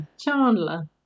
Chandler